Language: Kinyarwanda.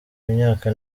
myaka